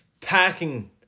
packing